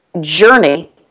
journey